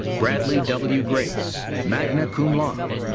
bradley w. grace, magna cum laude.